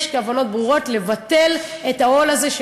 יש כוונות ברורות לבטל את העול הזה,